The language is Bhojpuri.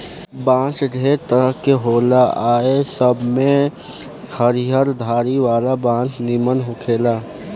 बांस ढेरे तरह के होला आ ए सब में हरियर धारी वाला बांस निमन होखेला